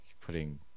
putting